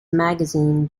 magazine